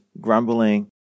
grumbling